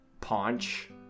paunch